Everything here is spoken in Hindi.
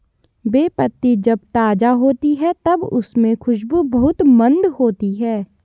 बे पत्ती जब ताज़ा होती है तब उसमे खुशबू बहुत मंद होती है